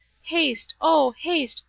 haste, oh! haste,